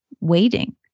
waiting